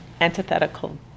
antithetical